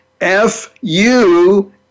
F-U